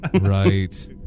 Right